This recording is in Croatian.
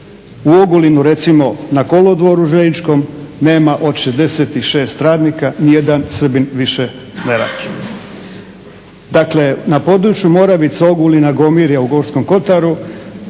U Ogulinu recimo na kolodvoru željezničkom nema od 66 radnika nijedan Srbin više ne radi. Dakle, na području Moravice, Ogulina, Gomirja u Gorskom Kotaru